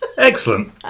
Excellent